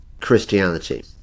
Christianity